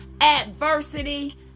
adversity